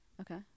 Okay